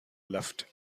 left